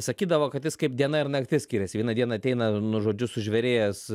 sakydavo kad jis kaip diena ir naktis skiriasi vieną dieną ateina nu žodžiu sužvėrėjęs